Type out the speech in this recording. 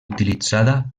utilitzada